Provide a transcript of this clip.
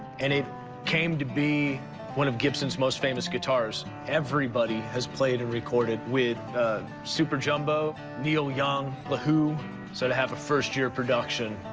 and it came to be one of gibson's most famous guitars. everybody has played and recorded with a super jumbo neil young, lahoo. so to have a first-year production,